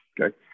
okay